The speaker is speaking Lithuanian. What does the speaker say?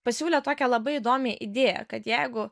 pasiūlė tokią labai įdomią idėją kad jeigu